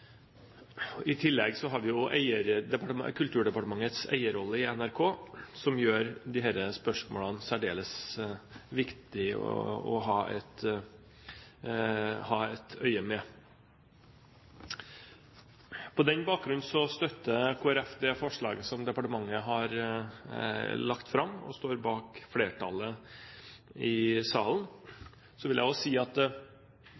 I tillegg har vi Kulturdepartementets eierrolle i NRK, som gjør det særdeles viktig å ha et øye med disse spørsmålene. På denne bakgrunn støtter Kristelig Folkeparti det forslaget som departementet har lagt fram, og står bak flertallet i